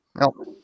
no